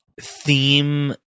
theme